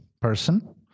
person